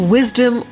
Wisdom